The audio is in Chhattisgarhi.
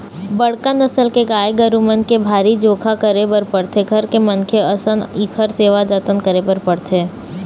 बड़का नसल के गाय गरू मन के भारी जोखा करे बर पड़थे, घर के मनखे असन इखर सेवा जतन करे बर पड़थे